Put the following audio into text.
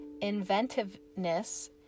inventiveness